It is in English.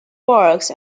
works